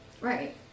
Right